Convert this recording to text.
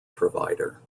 provider